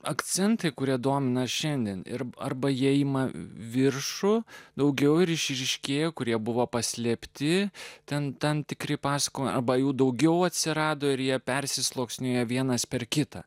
akcentai kurie domina šiandien ir arba jie ima viršų daugiau ir išryškėjo kurie buvo paslėpti ten tam tikri pasakojo arba jų daugiau atsirado ir jie persisluoksniuoja vienas per kitą